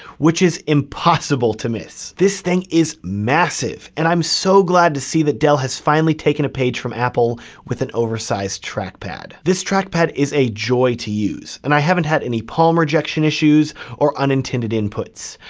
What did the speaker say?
which is impossible to miss. this thing is massive. and i'm so glad to see that dell has finally taken a page from apple with an oversized track pad. this track pad is a joy to use, and i haven't had any palm rejection issues or unintended inputs.